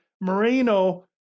moreno